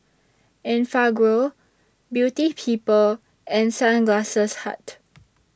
Enfagrow Beauty People and Sunglass Hut